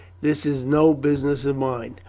this is no business of mine.